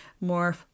more